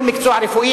כל מקצוע רפואי,